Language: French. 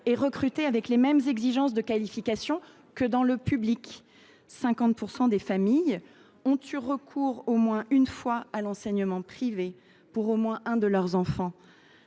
et recrutés avec les mêmes exigences de qualification que dans le public. La moitié des familles ont eu recours au moins une fois à l’enseignement privé pour au moins un de leurs enfants